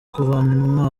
kuvana